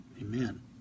Amen